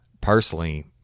personally